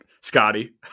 Scotty